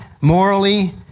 morally